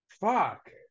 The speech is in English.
Fuck